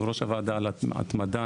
יושב-ראש הוועדה על ההתמדה,